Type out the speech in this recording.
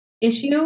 issue